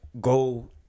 go